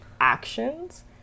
actions